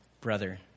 brother